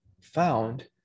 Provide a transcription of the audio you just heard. found